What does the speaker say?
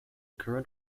current